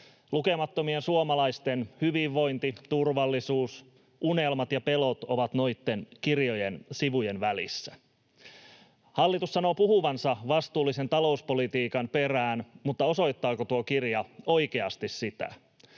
Lukemattomien suomalaisten hyvinvointi, turvallisuus, unelmat ja pelot ovat noitten kirjan sivujen välissä. Hallitus sanoo puhuvansa vastuullisen talouspolitiikan perään, mutta osoittaako tuo kirja oikeasti sitä?